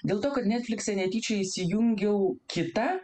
dėl to kad netflikse netyčia įsijungiau kitą